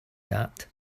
that